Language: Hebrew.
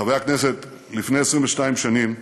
חברי הכנסת, לפני 22 שנים,